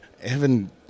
Evan